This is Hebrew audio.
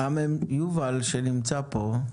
יובל שנמצא פה,